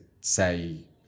say